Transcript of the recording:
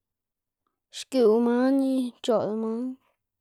Xgiuꞌw man y c̲h̲oꞌl man.